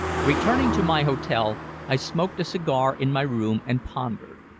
returning to my hotel, i smoked a cigar in my room and pondered.